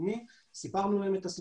רק שוב כדי לסבר את האוזן,